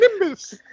Nimbus